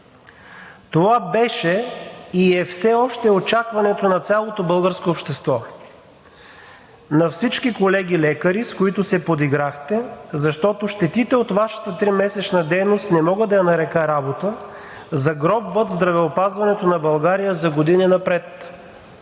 Това беше и все още е очакването на цялото българско общество, на всички колеги – лекари, с които се подиграхте, защото щетите от Вашата тримесечна дейност – не мога да я нарека работа, загробват здравеопазването на България за години напред.